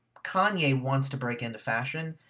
kanye wants to break into fashion,